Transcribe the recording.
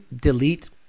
delete